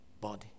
body